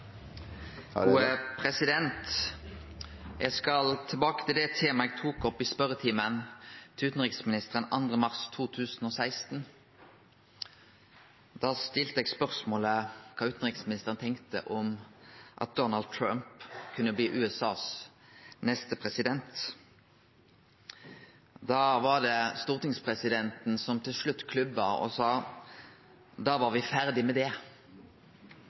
eg tok opp i spørjetimen med utanriksministeren 2. mars 2016. Da stilte eg spørsmålet om kva utanriksministeren tenkte om at Donald Trump kunne bli USAs neste president. Da var det stortingspresidenten som til slutt klubba, og sa: «Da er vi ferdig med det!»